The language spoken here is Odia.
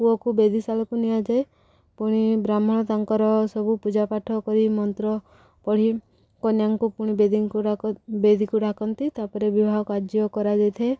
ପୁଅକୁ ବେଦି ସାଳକୁ ନିଆଯାଏ ପୁଣି ବ୍ରାହ୍ମଣ ତାଙ୍କର ସବୁ ପୂଜା ପାଠ କରି ମନ୍ତ୍ର ପଢ଼ି କନ୍ୟାଙ୍କୁ ପୁଣି ବେଦୀଙ୍କୁ ବେଦିକୁ ଡାକନ୍ତି ତା'ପରେ ବିବାହ କାର୍ଯ୍ୟ କରାଯାଇଥାଏ